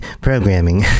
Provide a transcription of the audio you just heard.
Programming